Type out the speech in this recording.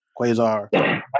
Quasar